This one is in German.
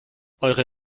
eure